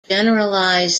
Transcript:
generalize